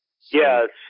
Yes